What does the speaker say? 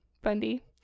Bundy